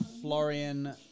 Florian